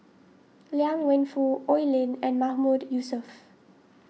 Liang Wenfu Oi Lin and Mahmood Yusof